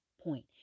point